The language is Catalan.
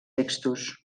textos